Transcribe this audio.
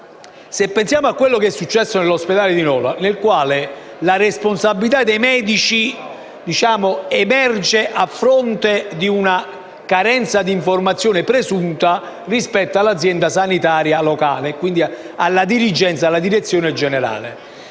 se pensiamo a quello che è successo in quell'ospedale (dove la responsabilità dei medici emerge a fronte di una carenza d'informazione presunta rispetto all'azienda sanitaria locale e quindi alla direzione generale),